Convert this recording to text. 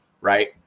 right